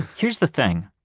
here's the thing,